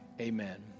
Amen